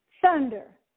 thunder